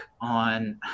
on